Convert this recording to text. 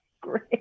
Great